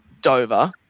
dover